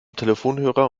telefonhörer